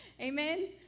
Amen